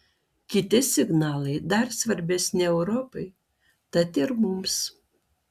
kiti signalai dar svarbesni europai tad ir mums